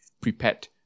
prepared